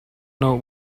know